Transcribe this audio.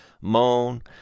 Moan